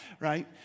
Right